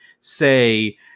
say